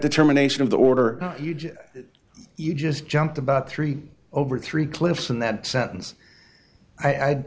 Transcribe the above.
determination of the order you just jumped about three over three cliffs in that sen